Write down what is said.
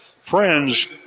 friends